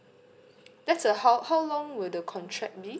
that's a how how long will the contract be